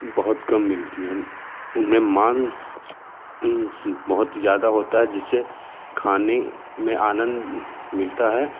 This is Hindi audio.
बहुत कम मिलती हैं उन में माँस बहुत ही ज़्यादा होता है जिससे खाने में आनंद मिलता है